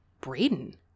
Braden